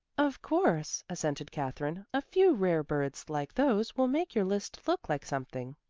of course, assented katherine, a few rare birds like those will make your list look like something.